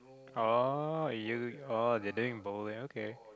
oh you oh they're doing bowling okay